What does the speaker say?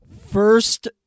first